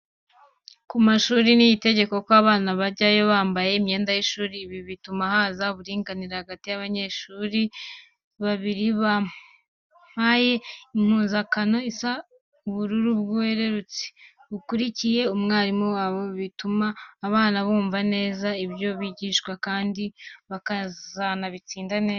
Ku mashuri ni itegeko ko abana bajyayo bambaye imyenda y'ishuri, ibi bituma haza uburinganire hagati y'abanyeshuri, abanyeshuri babiri bampaye impuzankano isa ubururu bwerurutse, bakurikiye umwarimu wabo, ibi bituma abana bumva neza ibyo bigishwa kandi bakazatsinda neza.